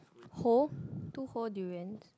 whole two whole durians